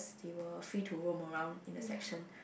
they were free to roam around in the section